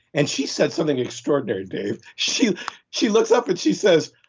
and she said something extraordinary, dave. she she looks up and she says,